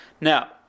Now